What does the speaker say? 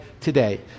today